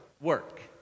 work